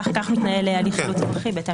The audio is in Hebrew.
כך מתנהל הליך אזרחי.